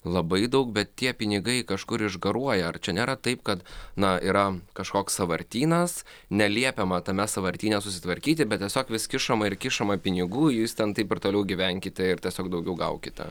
labai daug bet tie pinigai kažkur išgaruoja ar čia nėra taip kad na yra kažkoks sąvartynas neliepiama tame sąvartyne susitvarkyti bet tiesiog vis kišama ir kišama pinigų jūs ten taip ir toliau gyvenkite ir tiesiog daugiau gaukite